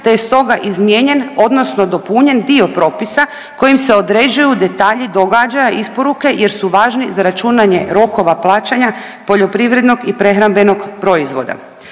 te je stoga izmijenjen odnosno dopunjen dio propisa kojim se određuju detalji događaja isporuke jer su važni za računanje rokova plaćanja poljoprivrednog i prehrambenog proizvoda.